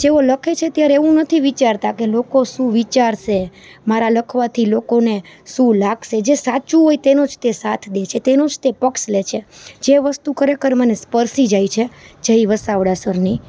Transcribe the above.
જેઓ લખે છે ત્યારે એવું નથી વિચારતા કે લોકો શું વિચારશે મારા લખવાથી લોકોને શું લાગશે જે સાચું હોય તેનો જ તે સાથ દે છે તેનું જ તે પક્ષ લે છે જે વસ્તુ ખરેખર મને સ્પર્શી જાય છે જય વસાવડા સરની